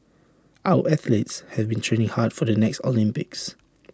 our athletes have been training hard for the next Olympics